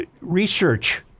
research